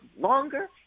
longer